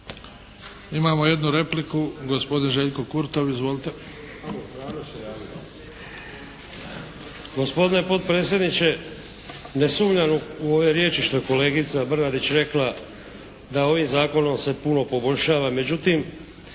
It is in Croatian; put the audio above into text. Imamo jednu repliku. Gospodin Željko Kurtov izvolite.